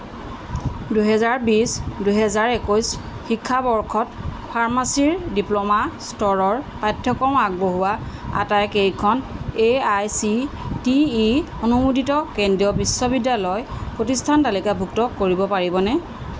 দুহেজাৰ বিছ দুহেজাৰ একৈছ শিক্ষাবৰ্ষত ফাৰ্মাচীৰ ডিপ্ল'মা স্তৰৰ পাঠ্যক্ৰম আগবঢ়োৱা আটাইকেইখন A I C T E অনুমোদিত কেন্দ্ৰীয় বিশ্ববিদ্যালয় প্ৰতিষ্ঠান তালিকাভুক্ত কৰিব পাৰিবনে